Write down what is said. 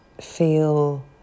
feel